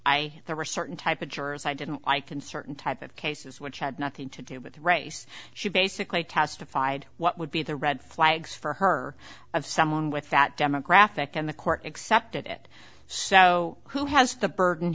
i there were certain type of jurors i didn't like in certain type of cases which had nothing to do with race she basically testified what would be the red flags for her of someone with that demographic and the court accepted it so who has the burden